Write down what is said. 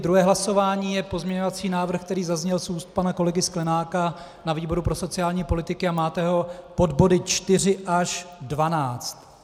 Druhé hlasování je pozměňovací návrh, který zazněl z úst pana kolegy Sklenáka na výboru pro sociální politiku a máte ho pod body 4 až 12.